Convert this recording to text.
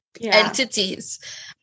entities